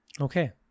okay